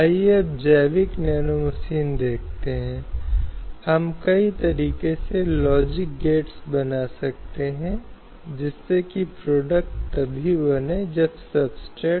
अब इस संबंध में 1992 में 73 वें और 74 वें संशोधन किए गए हैं जिसके तहत पंचायतों और नगर पालिकाओं में महिलाओं के लिए सीटों का आरक्षण प्रदान किया गया है लेखों में भारतीय संविधान के 243 डी और 243 टी